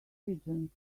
pigeons